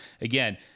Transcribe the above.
again